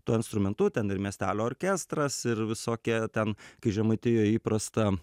tuo instrumentu ten ir miestelio orkestras ir visokie ten kai žemaitijoj įprasta